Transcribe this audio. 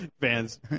Fans